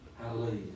Hallelujah